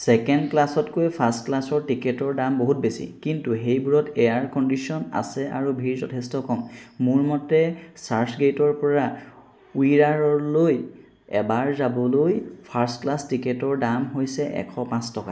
second ক্লাছতকৈ first ক্লাছৰ টিকটৰ দাম বহুত বেছি কিন্তু সেইবোৰত এয়াৰ কণ্ডিশ্যন আছে আৰু ভিৰ যথেষ্ট কম মোৰ মতে চাৰ্চগেইটৰপৰা উইৰাৰলৈ এবাৰ যাবলৈ ফাৰ্ষ্ট ক্লাছ টিকটৰ দাম হৈছে এশ পাঁচ টকা